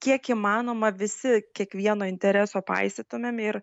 kiek įmanoma visi kiekvieno intereso paisytumėm ir